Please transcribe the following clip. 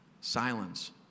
silence